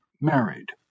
married